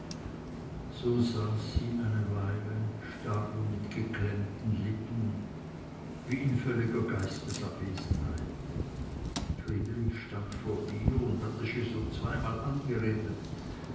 so saß sie eine weile starr mit geklemmten lippen wie in völliger geistesabwesenheit friedrich stand vor ihr und hatte sie schon zweimal angeredet